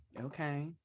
Okay